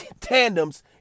tandems